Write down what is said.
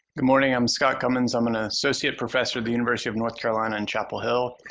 good morning. i'm scott commins. i'm an ah associate professor of the university of north carolina in chapel hill.